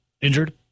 injured